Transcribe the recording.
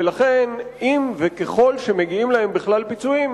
ולכן אם וככל שמגיעים להם בכלל פיצויים,